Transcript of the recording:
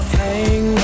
hang